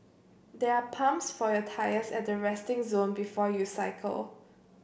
there are pumps for your tyres at the resting zone before you cycle